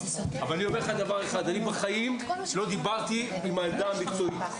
אבל אני אומר לך דבר אחד: בחיים לא דיברתי עם העמדה הביצועית.